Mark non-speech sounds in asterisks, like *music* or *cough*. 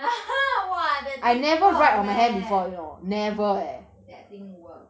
*laughs* !wah! that thing work leh that thing works